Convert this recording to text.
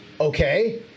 okay